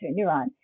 neuron